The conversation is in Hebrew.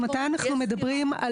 וזה חשוב מאוד,